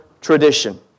tradition